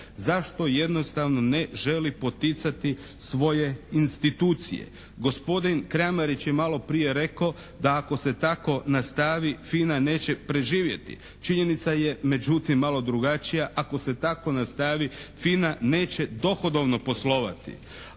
Zašto jednostavno ne želi poticati svoje institucije? Gospodin Kramarić je maloprije rekao da ako se tako nastavi FINA neće preživjeti. Činjenica je međutim malo drugačija. Ako se tako nastavi FINA neće dohodovno poslovati.